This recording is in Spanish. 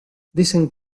dicen